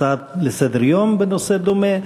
הצעה לסדר-היום בנושא דומה,